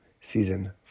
season